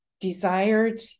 desired